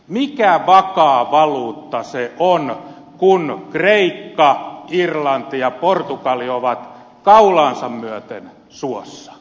mikä vakaa valuutta se on kun kreikka irlanti ja portugali ovat kaulaansa myöten suossa